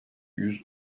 yüz